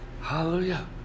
Hallelujah